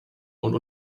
und